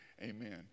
amen